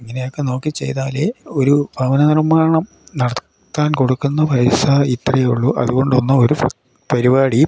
ഇങ്ങനെയൊക്കെ നോക്കി ചെയ്താലേ ഒരു ഭവന നിർമ്മാണം നടത്താൻ കൊടുക്കുന്ന പൈസ ഇത്രയേ ഉള്ളൂ അത്കൊണ്ട് ഒന്നു ഒരു പരിപാടിയും